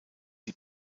die